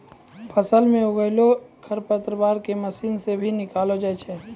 फसल मे उगलो खरपतवार के मशीन से भी निकालो जाय छै